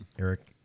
Eric